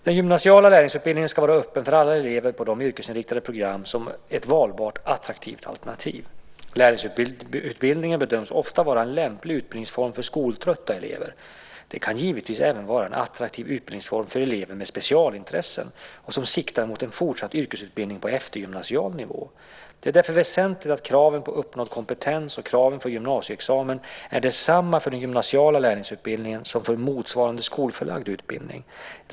Den gymnasiala lärlingsutbildningen ska vara öppen för alla elever på de yrkesinriktade programmen som ett valbart attraktivt alternativ. Lärlingsutbildning bedöms ofta vara en lämplig utbildningsform för skoltrötta elever. Den kan givetvis även vara en attraktiv utbildningsform för elever med specialintressen och som siktar mot en fortsatt yrkesutbildning på eftergymnasial nivå. Det är därför väsentligt att kraven på uppnådd kompetens och kraven för gymnasieexamen är desamma för den gymnasiala lärlingsutbildningen som för motsvarande skolförlagd utbildning.